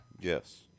yes